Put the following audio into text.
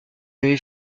avait